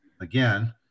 again